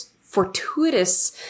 fortuitous